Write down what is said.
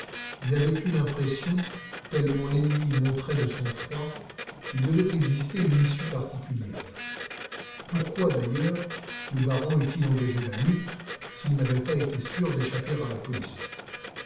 il avait eu l'impression tellement l'ennemi montrait de sang-froid qu'il devait exister une issue particulière pourquoi d'ailleurs le baron eût-il engagé la lutte s'il n'avait été sûr d'échapper à la police